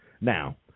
Now